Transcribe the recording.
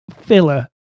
filler